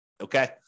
Okay